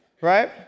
Right